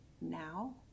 Now